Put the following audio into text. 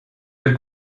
del